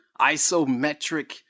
isometric